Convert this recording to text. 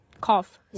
Cough